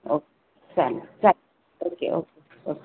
okay चालेल चालेल okay okay okay